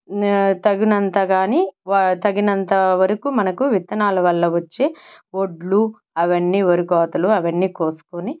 తగినంత కానీ వా తగినంత వరకు మనకు విత్తనాలు వల్ల వచ్చే ఒడ్లు అవన్నీ వరి కోతలు అవన్నీ కోసుకొని